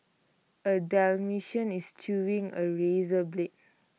A Dalmatian is chewing A razor blade